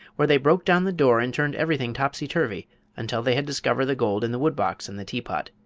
where they broke down the door and turned everything topsy turvy until they had discovered the gold in the wood-box and the teapot.